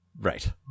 Right